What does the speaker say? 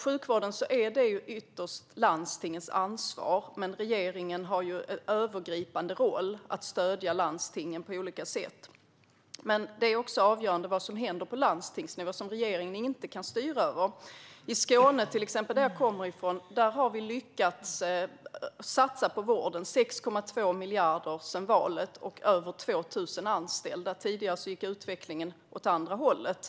Sjukvården är ytterst landstingens ansvar, men regeringen har en övergripande roll att stödja landstingen på olika sätt. Avgörande är också vad som händer på landstingsnivå, som regeringen inte kan styra över. I Skåne, som jag kommer ifrån, har vi till exempel lyckats att satsa på vården. Vi har satsat 6,2 miljarder sedan valet, och vi har anställt över 2 000 personer. Tidigare gick utvecklingen åt andra hållet.